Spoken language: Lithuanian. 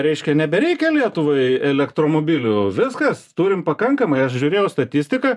reiškia nebereikia lietuvai elektromobilių viskas turim pakankamai aš žiūrėjau statistiką